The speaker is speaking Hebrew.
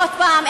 עוד פעם,